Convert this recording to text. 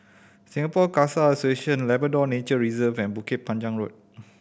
Singapore Khalsa Association Labrador Nature Reserve and Bukit Panjang Road